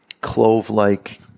clove-like